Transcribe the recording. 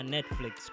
Netflix